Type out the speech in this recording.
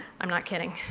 i'm not kidding.